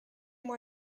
moi